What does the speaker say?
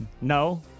No